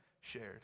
shared